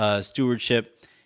stewardship